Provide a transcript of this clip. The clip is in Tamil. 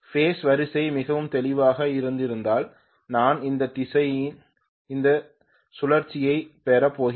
பேஸ் வரிசை மிகவும் தெளிவாக இருந்திருந்தால் நான் இந்த திசையில் இந்த சுழற்சியைப் பெறப்போகிறேன்